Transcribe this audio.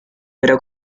pero